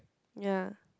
ya